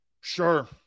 Sure